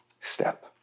step